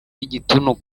y’igituntu